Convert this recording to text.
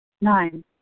Nine